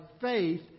faith